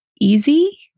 easy